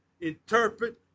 interpret